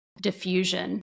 diffusion